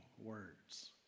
words